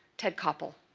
ted koppel.